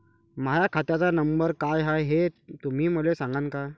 माह्या खात्याचा नंबर काय हाय हे तुम्ही मले सागांन का?